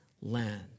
land